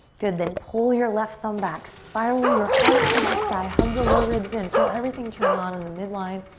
good, then pull your left thumb back. spiral your heart up towards the sky. hug the low ribs in. feel everything turn on in the midline.